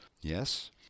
Yes